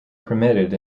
permitted